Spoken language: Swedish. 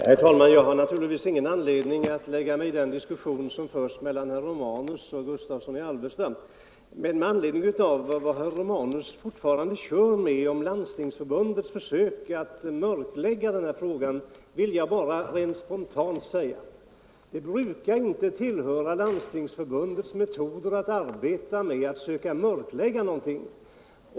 Herr talman! Jag har ingen anledning att lägga mig i den diskussion som förs mellan herrar Romanus och Gustavsson i Alvesta. Men med anledning av att herr Romanus fortfarande kör med detta om Landstingsförbundets försök att mörklägga frågan vill jag bara rent spontant säga: Det brukar inte tillhöra Landstingsförbundets arbetsmetoder att 93 söka mörklägga någonting.